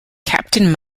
captain